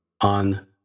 on